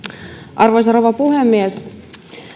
arvoisa rouva puhemies